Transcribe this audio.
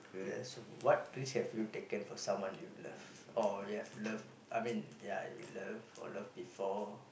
yes what risk have you taken for someone you love or you have loved I mean ya you love or love before